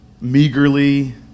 meagerly